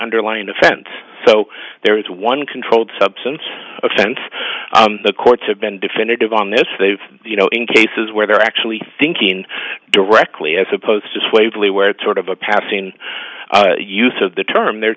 underlying offense so there is one controlled substance offense the courts have been definitive on this they have you know in cases where they're actually thinking directly as opposed to sway valley where it's sort of a passing use of the term they're